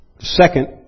second